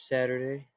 Saturday